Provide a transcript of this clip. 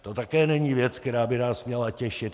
To také není věc, která by nás měla těšit.